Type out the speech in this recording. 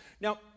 Now